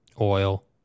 oil